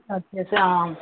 సరిచేసి